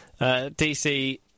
DC